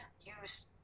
use